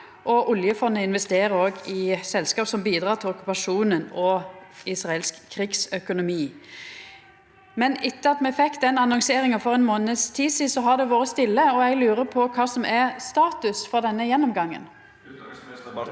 og oljefondet investerer òg i selskap som bidreg til okkupasjonen og den israelske krigsøkonomien. Etter at me fekk den annonseringa for ein månads tid sidan, har det vore stille. Eg lurer på kva som er status for denne gjennomgangen.